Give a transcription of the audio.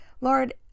Lord